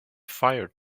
fire